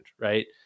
right